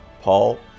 Paul